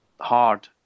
hard